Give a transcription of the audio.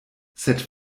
sed